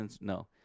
no